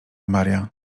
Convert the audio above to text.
maria